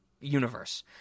universe